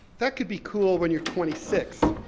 that could be cool when you're twenty six,